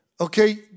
okay